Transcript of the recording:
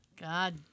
God